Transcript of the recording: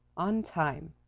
on time